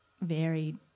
varied